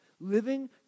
Living